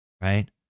Right